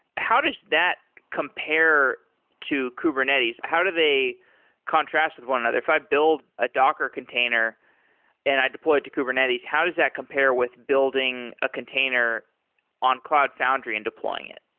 how does that compare to kubernetes? how do they contrast with one another? if i've build a docker container and i deploy it to kubernetes, how does that compare with building a container on cloud foundry and deploying it?